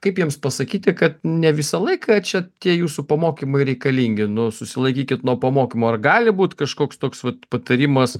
kaip jiems pasakyti kad ne visą laiką ar čia tie jūsų pamokymai reikalingi ir nu susilaikykit nuo pamokymų ar gali būt kažkoks toks vat patarimas